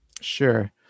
Sure